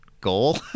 goal